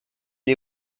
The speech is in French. les